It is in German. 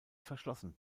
verschlossen